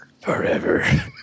forever